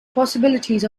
possibilities